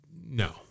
no